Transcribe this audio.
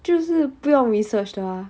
就是不用 research 的 ah